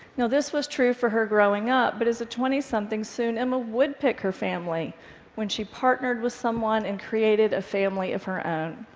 now this was true for her growing up, but as a twentysomething, soon emma would pick her family when she partnered with someone and created a family of her own.